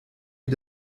wie